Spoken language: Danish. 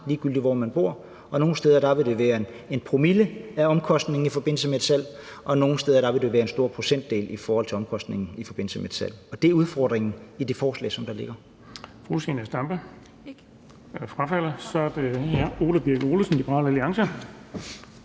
ligegyldigt hvor man bor, og nogle steder vil det være en promille af omkostningen i forbindelse med et salg, og nogle steder vil det være en stor procentdel i forhold til omkostningen i forbindelse med et salg. Det er udfordringen i det forslag, der ligger.